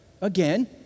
again